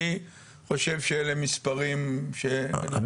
אני חושב שאלה מספרים של מציאות.